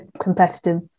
competitive